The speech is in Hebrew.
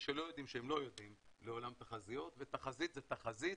שלא יודעים שהם לא יודעים בעולם התחזיות ותחזית זה תחזית